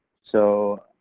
so,